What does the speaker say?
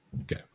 Okay